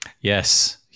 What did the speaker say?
yes